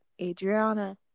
Adriana